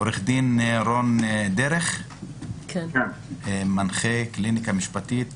עורך דין רון דרך, מנחה קליניקה משפטית